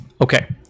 Okay